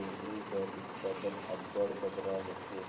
जोंढरी कर उत्पादन अब्बड़ बगरा होथे